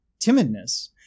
timidness